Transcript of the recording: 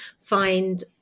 find